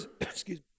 Excuse